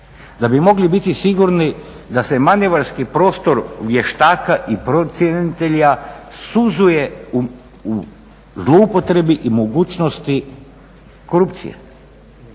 da bi mogli biti sigurni da se manevarski prostor vještaka i procjenitelja suzuje u zloupotrebi i mogućnosti korupcije.